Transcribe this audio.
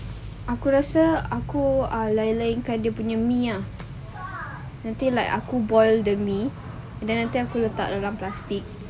aku rasa aku ah lain lainkan dia punya minyak nanti like aku boil demi then aku letak dalam plastic